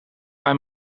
bij